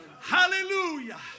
Hallelujah